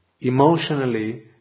Emotionally